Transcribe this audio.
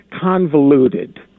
convoluted